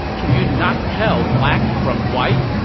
can you not tell black from white?